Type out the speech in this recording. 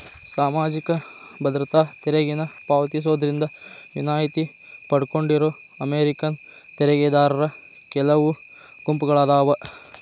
ಸಾಮಾಜಿಕ ಭದ್ರತಾ ತೆರಿಗೆನ ಪಾವತಿಸೋದ್ರಿಂದ ವಿನಾಯಿತಿ ಪಡ್ಕೊಂಡಿರೋ ಅಮೇರಿಕನ್ ತೆರಿಗೆದಾರರ ಕೆಲವು ಗುಂಪುಗಳಾದಾವ